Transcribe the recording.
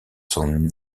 son